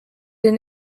den